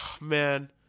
Man